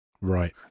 right